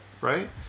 right